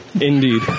Indeed